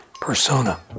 persona